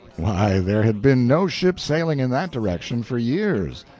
why, there had been no ship sailing in that direction for years,